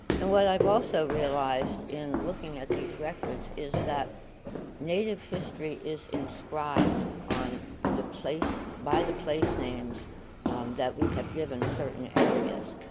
and what i've also realized in looking at these records is that native history is inscribed on the place by the place names that we have given certain areas,